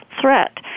threat